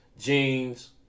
jeans